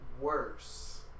worse